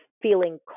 feeling